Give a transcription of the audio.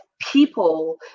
people